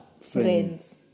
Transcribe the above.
friends